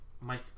Mike